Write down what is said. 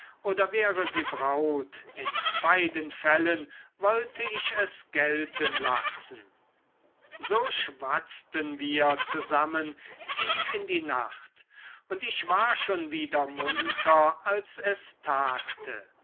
oder wäre sie braut in beiden fällen wollte ich es gelten lassen so schwatzten wir zusammen tief in die nacht und ich war schon wieder munter als es tagte